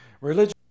Religion